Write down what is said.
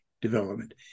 development